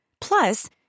Plus